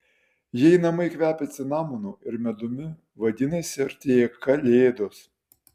jei namai kvepia cinamonu ir medumi vadinasi artėja kalėdos